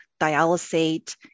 dialysate